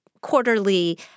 quarterly